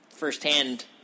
firsthand